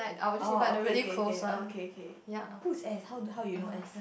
oh okay okay okay oh okay okay who's S how you know S